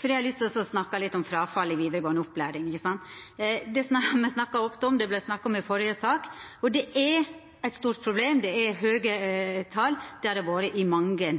for eg har lyst til å snakka litt om fråfallet i vidaregåande opplæring. Me snakkar ofte om det, det vart snakka om i førre sak, og det er eit stort problem – det er høge tal, det har det vore i mange